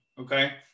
okay